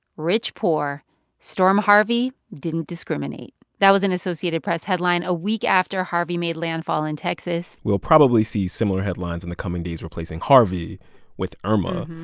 rich, poor storm harvey didn't discriminate that was an associated press headline a week after harvey made landfall in texas we'll probably see similar headlines in the coming days replacing harvey with irma.